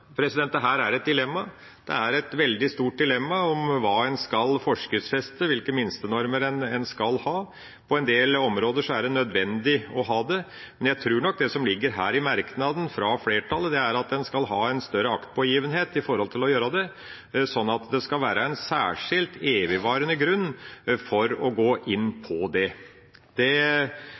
er et dilemma. Det er et veldig stort dilemma hva en skal forskriftsfeste, og hvilke minstenormer en skal ha. På en del områder er det nødvendig å ha det, men jeg tror nok det som ligger i merknaden fra flertallet her, er at en skal ha en større aktpågivenhet for å gjøre det. Så det skal være en særskilt evigvarende grunn for å gå inn på det.